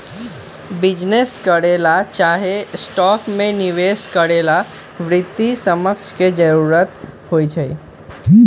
business करे ला चाहे स्टॉक में निवेश करे ला वित्तीय समझ के जरूरत होई छई